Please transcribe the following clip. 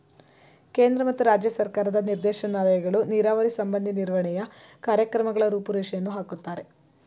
ಕೇಂದ್ರ ಮತ್ತು ರಾಜ್ಯ ಸರ್ಕಾರದ ನಿರ್ದೇಶನಾಲಯಗಳು ನೀರಾವರಿ ಸಂಬಂಧಿ ನಿರ್ವಹಣೆಯ ಕಾರ್ಯಕ್ರಮಗಳ ರೂಪುರೇಷೆಯನ್ನು ಹಾಕುತ್ತಾರೆ